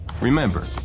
Remember